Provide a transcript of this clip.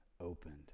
opened